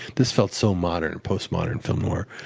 this felt so modern and post modern film noire,